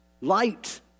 light